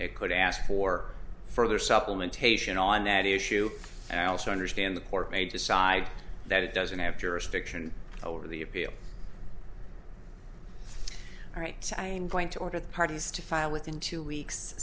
it could ask for further supplementation on that issue and i also understand the court may decide that it doesn't have jurisdiction over the appeal all right i'm going to order the parties to file within two weeks